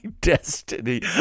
destiny